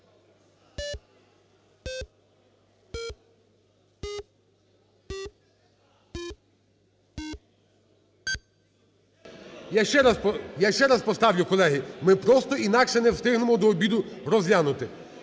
Я ще раз поставлю, колеги, ми просто інакше не встигнемо до обіду розглянути.